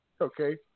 Okay